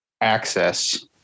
access